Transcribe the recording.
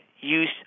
use